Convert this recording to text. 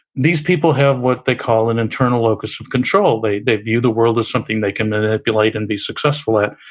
these people have what they call an internal locus of control, they they view the world as something they can manipulate and be successful at,